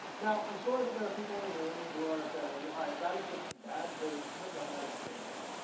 now, i'm sure that there are people in the room who are saying, alright, that is just bad code. you shouldn't have done that. it was dangerous.